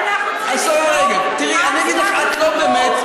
השרה רגב, את יודעת,